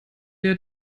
der